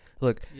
Look